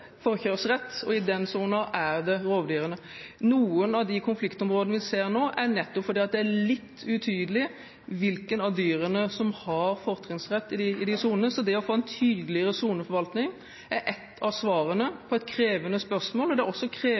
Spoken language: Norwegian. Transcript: og i den sonen er det rovdyrene. Noen av de konfliktområdene vi nå ser, er nettopp av at det er litt utydelig hvilke av dyrene som har fortrinnsrett i de sonene. Så det å få en tydeligere soneforvaltning er et av svarene på et krevende spørsmål. Det er også